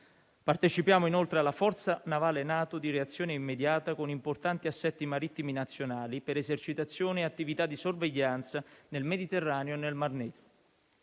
Partecipiamo, inoltre, alla forza navale NATO di reazione immediata con importanti assetti marittimi nazionali per esercitazioni e attività di sorveglianza nel Mediterraneo e nel Mar Nero.